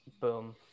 Boom